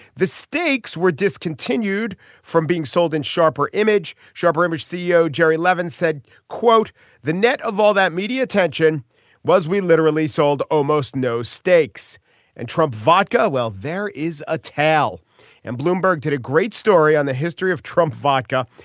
the stakes were discontinued from being sold in sharper image sharper image ceo jerry levin said quote the net of all that media attention was we literally sold almost no steaks and trump vodka. well there is a tail and bloomberg did a great story on the history of trump vodka.